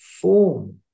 form